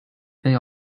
they